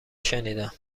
شنیدم